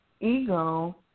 ego